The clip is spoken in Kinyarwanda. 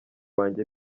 wanjye